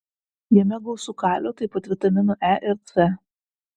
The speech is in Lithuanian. jame gausu kalio taip pat vitaminų e ir c